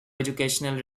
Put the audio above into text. educational